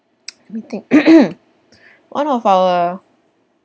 meeting one of our